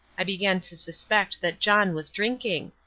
i began to suspect that john was drinking.